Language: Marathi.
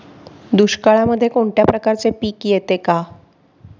दुष्काळामध्ये कोणत्या प्रकारचे पीक येते का?